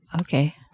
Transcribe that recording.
Okay